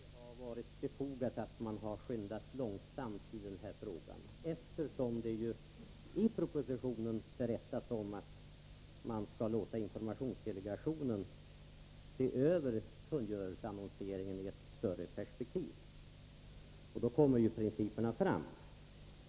Herr talman! Helt kort: Jag tycker faktiskt att det hade varit befogat att skynda långsamt i den här frågan, eftersom det står i propositionen att man skall låta informationsdelegationen se över kungörelseannonseringen i ett större perspektiv — och då kommer ju principerna fram.